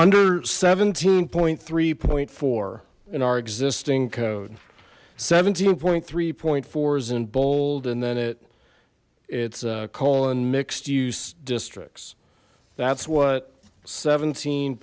under seventeen point three point four in our existing code seventeen point three point four is in bold and then it it's colin mixed use districts that's what seventeen